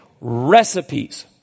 Recipes